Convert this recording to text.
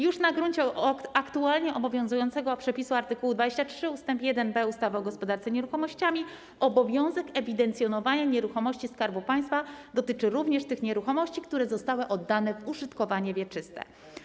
Już na gruncie aktualnie obowiązującego przepisu art. 23 ust. 1b ustawy o gospodarce nieruchomościami obowiązek ewidencjonowania nieruchomości Skarbu Państwa dotyczy również tych nieruchomości, które zostały oddane w użytkowanie wieczyste.